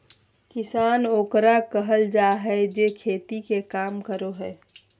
किसान ओकरा कहल जाय हइ जे खेती के काम करो हइ